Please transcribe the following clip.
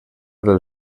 del